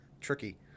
tricky